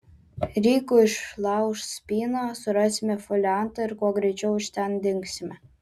ryko išlauš spyną surasime foliantą ir kuo greičiau iš ten dingsime